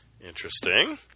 Interesting